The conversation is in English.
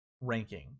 ranking